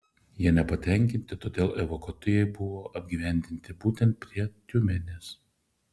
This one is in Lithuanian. jie nepatenkinti kodėl evakuotieji buvo apgyvendinti būtent prie tiumenės